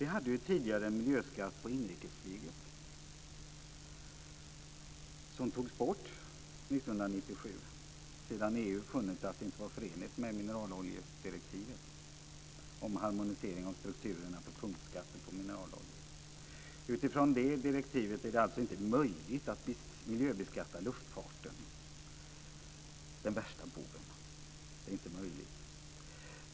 Vi hade tidigare en miljöskatt på inrikesflyget, som togs bort 1997 sedan EU funnit att det inte var förenligt med mineraloljedirektivet om harmonisering av strukturerna för punktskatter på mineraloljor. Utifrån det direktivet är det alltså inte möjligt att miljöbeskatta luftfarten - den värsta boven.